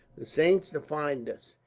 the saints defind us,